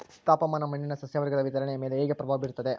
ತಾಪಮಾನ ಮಣ್ಣಿನ ಸಸ್ಯವರ್ಗದ ವಿತರಣೆಯ ಮೇಲೆ ಹೇಗೆ ಪ್ರಭಾವ ಬೇರುತ್ತದೆ?